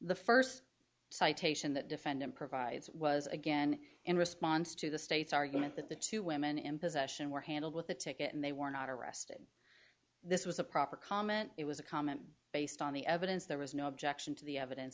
the first citation that defendant provides was again in response to the state's argument that the two women in possession were handled with the ticket and they were not arrested this was a proper comment it was a comment based on the evidence there was no objection to the evidence